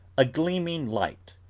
a gleaming light,